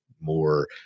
more